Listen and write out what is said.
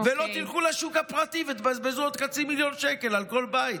ולא תלכו לשוק הפרטי ותבזבזו עוד חצי מיליון שקל על כל בית.